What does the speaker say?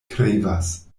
krevas